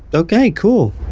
ok. cool